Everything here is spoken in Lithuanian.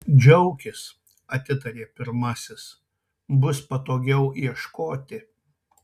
džiaukis atitarė pirmasis bus patogiau ieškoti